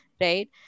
right